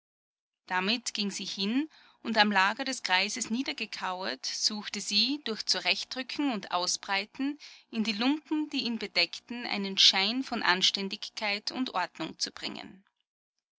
damit ging sie hin und am lager des greises niedergekauert suchte sie durch zurechtrücken und ausbreiten in die lumpen die ihn bedeckten einen schein von anständigkeit und ordnung zu bringen